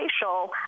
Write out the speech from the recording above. facial